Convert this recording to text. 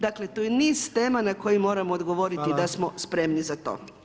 Dakle, to je niz tema na koje moramo odgovoriti da smo spremni za to.